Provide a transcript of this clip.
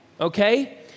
Okay